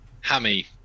Hammy